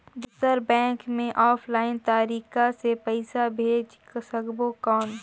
दुसर बैंक मे ऑफलाइन तरीका से पइसा भेज सकबो कौन?